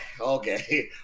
okay